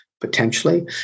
potentially